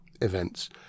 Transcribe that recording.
events